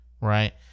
Right